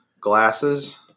glasses